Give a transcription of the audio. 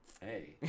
Hey